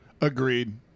Agreed